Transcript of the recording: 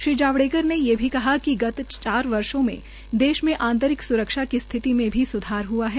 श्री जावड़ेकर ने ये भी कहा कि गत चार वर्षो में देश में आंतरिक स्रक्षा की स्थिति में भी स्धार हआ है